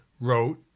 wrote